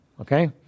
Okay